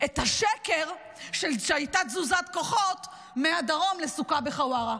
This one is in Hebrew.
את השקר שהייתה תזוזת כוחות מהדרום לסוכה בחווארה.